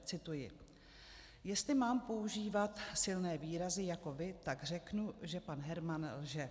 Cituji: Jestli mám používat silné výrazy jako vy, tak řeknu, že pan Herman lže.